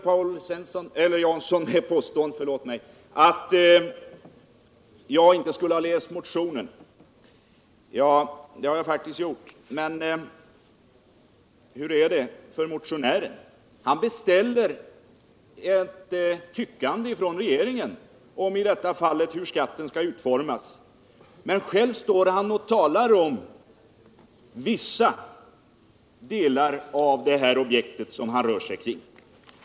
Paul Jansson kom med påståendet att jag inte skulle ha läst motionen. Det har jag faktiskt gjort, men hur är det för motionären? Han beställer ett tyckande från regeringen om hur skatten skall utformas. Själv står han och talar om vissa delar av det objekt som han rör sig kring.